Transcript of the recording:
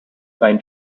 rhein